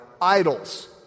idols